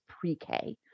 pre-K